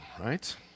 Right